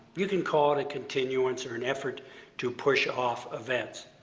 you can call it a continuance or an effort to push off events.